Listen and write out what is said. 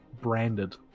branded